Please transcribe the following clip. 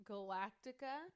Galactica